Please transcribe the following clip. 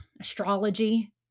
astrology